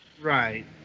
right